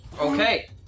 Okay